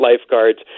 lifeguards